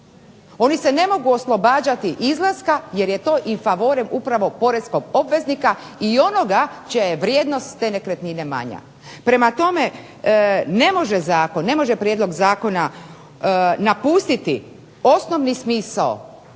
Oni se ne mogu oslobađati izlaska jer je to in favore upravo poreskog obveznika i onoga čija je vrijednost te nekretnine manja. Prema tome, ne može zakon, ne može prijedlog zakona napustiti osnovni smisao